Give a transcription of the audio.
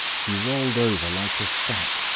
he rolled over like a sack.